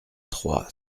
trois